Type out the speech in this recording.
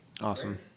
Awesome